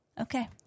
Okay